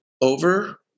over